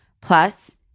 Plus